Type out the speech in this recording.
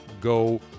go